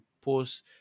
post